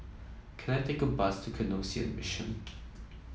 can I take a bus to Canossian Mission